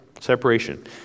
separation